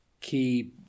key